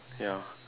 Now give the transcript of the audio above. ya